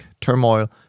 turmoil